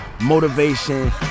motivation